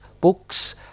books